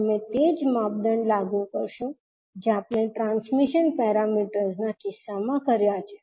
તમે તે જ માપદંડ લાગુ કરશો જે આપણે ટ્રાન્સમિશન પેરામીટર્સ ના કિસ્સામાં કર્યા છે